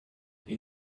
they